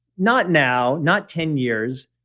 not now not ten years.